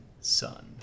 son